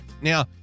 Now